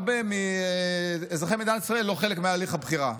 הרבה מאזרחי מדינת ישראל אינם חלק מהליך הבחירה.